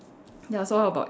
ya so what about you